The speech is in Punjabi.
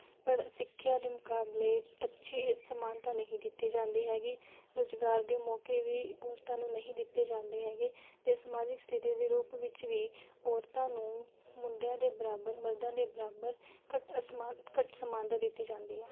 ਸਿੱਖਿਆ ਦੇ ਮੁਕਾਬਲੇ ਅੱਛੀ ਸਮਾਨਤਾ ਨਹੀਂ ਦਿੱਤੀ ਜਾਂਦੀ ਹੈ ਰੁਜ਼ਗਾਰ ਦੇ ਮੌਕੇ ਵੀ ਔਰਤਾਂ ਨੂੰ ਨਹੀਂ ਦਿੱਤੇ ਜਾਂਦੇ ਹੈ ਅਤੇ ਸਮਾਜਿਕ ਸਥਿਤੀ ਦੇ ਰੂਪ ਵਿੱਚ ਵੀ ਔਰਤਾਂ ਨੂੰ ਮੁੰਡਿਆਂ ਦੇ ਬਰਾਬਰ ਮਰਦਾਂ ਦੇ ਬਰਾਬਰ ਘੱਟ ਘੱਟ ਸਮਾਨਤਾ ਦਿੱਤੀ ਜਾਂਦੀ ਹੈ